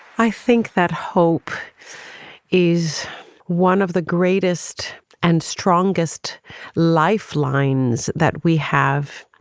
i think that hope is one of the greatest and strongest lifelines that we have.